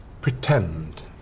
pretend